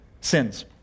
sins